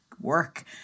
work